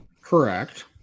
Correct